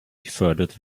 gefördert